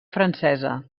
francesa